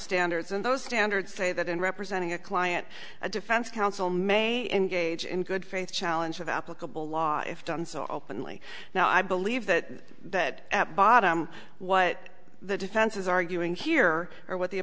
standards and those standards say that in representing a client a defense counsel may engage in good faith challenge of applicable law if done so openly now i believe that that at bottom what the defense is arguing here or what the